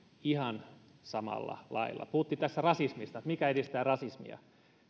ihan samalla lailla tässä puhuttiin rasismista siitä mikä edistää rasismia